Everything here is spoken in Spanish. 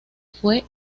fue